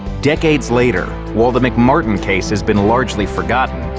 decades later, while the mcmartin case has been largely forgotten,